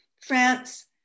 France